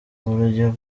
uburyo